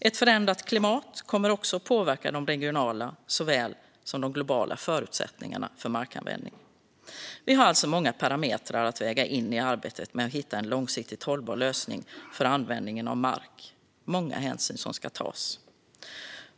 Ett förändrat klimat kommer också att påverka de regionala såväl som de globala förutsättningarna för markanvändningen. Vi har alltså många parametrar att väga in i arbetet med att hitta en långsiktigt hållbar lösning för användningen av mark. Det är många hänsyn som ska tas.